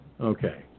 Okay